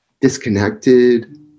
disconnected